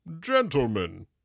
gentlemen